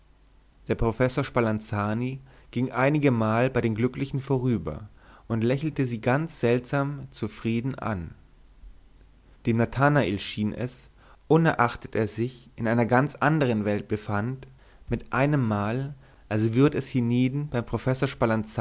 der professor spalanzani ging einigemal bei den glücklichen vorüber und lächelte sie ganz seltsam zufrieden an dem nathanael schien es unerachtet er sich in einer ganz andern welt befand mit einemmal als würd es hienieden beim professor